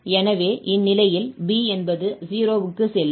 எனவே இந்நிலையில் B என்பது 0 க்குச் செல்லும்